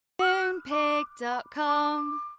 Moonpig.com